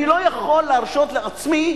אני לא יכול להרשות לעצמי,